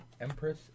Empress